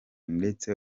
ndetse